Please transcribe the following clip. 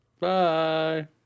Bye